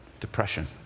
Depression